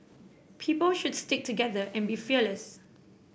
people should stick together and be fearless